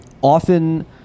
often